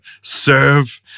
serve